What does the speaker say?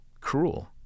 cruel